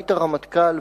היית רמטכ"ל,